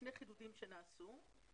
שני חידודים שנעשו,